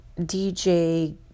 DJ